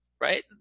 right